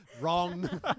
wrong